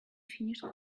finished